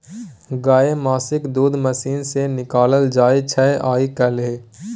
गाए महिषक दूध मशीन सँ निकालल जाइ छै आइ काल्हि